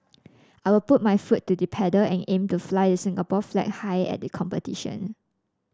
I will put my foot to the pedal and aim to fly the Singapore flag high at the competition